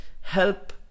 help